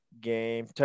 game